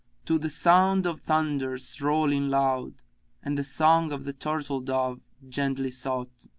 to the sound of thunders rolling loud and the song of the turtle-dove gently sough'd,